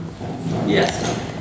Yes